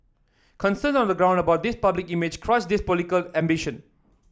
concerns on the ground about this public image crushed his political ambition